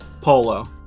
Polo